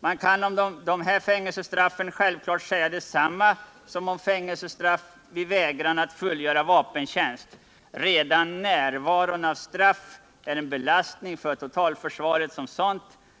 Man kan om dessa fängelsestraff självklart säga detsamma som om fängelsestraff vid vägran att fullgöra vapentjänst — redan närvaron av straff är en belastning för totalförsvaret som sådant.